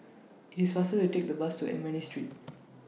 IT IS faster to Take The Bus to Ernani Street